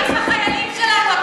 מה עם החיילים שלנו?